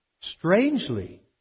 strangely